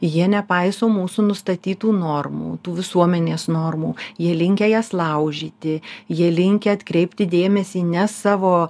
jie nepaiso mūsų nustatytų normų tų visuomenės normų jie linkę jas laužyti jie linkę atkreipti dėmesį ne savo